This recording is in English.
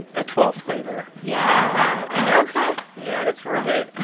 a twelfth grader yeah oh, wow anokha yeah, that's right.